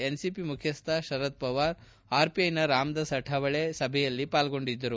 NCP ಮುಖ್ಯಸ್ಥ ಶರದ್ಪವಾರ್ ಆರ್ಪಿಐನ ರಾಮದಾಸ್ ಅಠಾವಳೆ ಈ ಸಭೆಯಲ್ಲಿ ಪಾಲ್ಗೊಂಡಿದ್ದರು